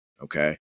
okay